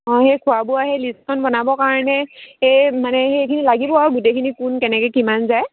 অঁ সেই খোৱা বোৱা সেই লিষ্টখন বনাবৰ কাৰণে এই মানে সেইখিনি লাগিব আৰু গোটেইখিনি কোন কেনেকৈ কিমান যায়